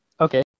Okay